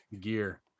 gear